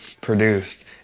produced